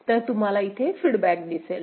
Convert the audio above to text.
तर तुम्हाला इथे फीडबॅक दिसेल